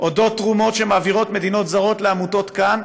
על תרומות שמדינות זרות מעבירות לעמותות כאן,